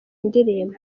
indirimbo